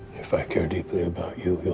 if i care deeply about you, you'll